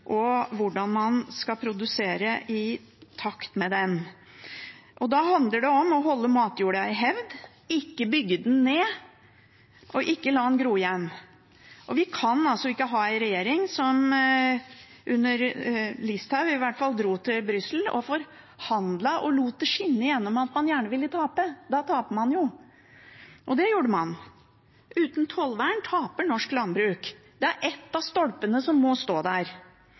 og hvordan man skal produsere i takt med den. Da handler det om å holde matjorda i hevd, ikke bygge den ned og ikke la den gro igjen. Vi kan ikke ha en regjering som under Sylvi Listhaug, i hvert fall, dro til Brussel og forhandlet og lot det skinne gjennom at man gjerne ville tape. Da taper man jo. Og det gjorde man. Uten tollvern taper norsk landbruk. Det er en av stolpene som må stå der.